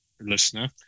listener